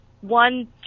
one